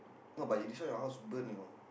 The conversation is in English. no but in this one your house burn you know